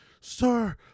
sir